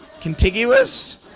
Contiguous